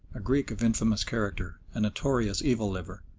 a greek of infamous character, a notorious evil-liver,